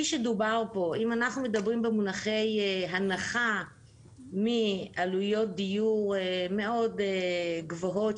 אם אנחנו מדברים במונחי הנחה מעלויות דירות מאוד גבוהות,